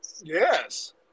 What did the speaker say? Yes